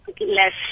less